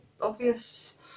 obvious